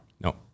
No